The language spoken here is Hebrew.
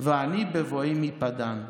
"ואני בבואי מפדן".